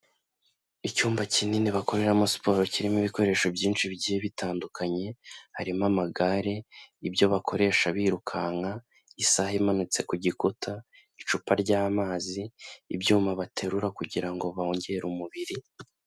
Icyumba kinini bakoreramo siporo kirimo ibikoresho byinshi bigiye bitandukanye, harimo amagare, ibyo bakoresha birukanka, isaha imanitse ku gikuta, icupa ry'amazi, ibyuma baterura kugira ngo bongere umubiri...